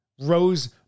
rose